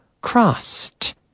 CROSSED